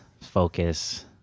focus